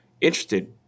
interested